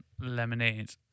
Lemonade